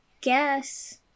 guess